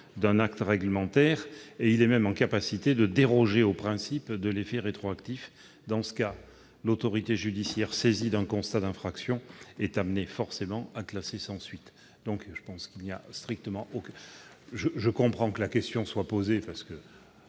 d'un acte réglementaire. Il est même en capacité de déroger au principe de l'effet rétroactif. Dans ce cas, l'autorité judiciaire saisie d'un constat d'infraction est amenée forcément à classer sans suite. Par conséquent, il n'y a, selon moi, aucune difficulté. Je comprends que la question soit posée, car ce